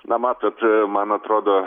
na matot man atrodo